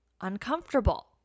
uncomfortable